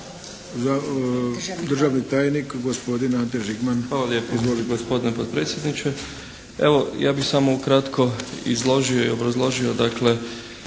ima državni tajnik gospodin Ante Žigman.